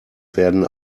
werden